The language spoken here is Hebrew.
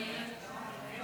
רישוי